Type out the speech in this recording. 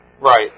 Right